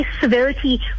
severity